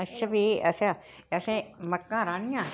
अच्छा फ्ही अच्छा असें मक्कां राह्नियां